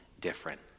different